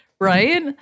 right